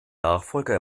nachfolger